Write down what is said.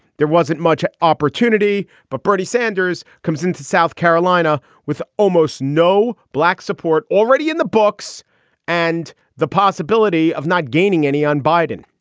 there wasn't much opportunity. but bernie sanders comes into south carolina with almost no black support already in the books and the possibility of not gaining any on biden.